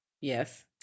Yes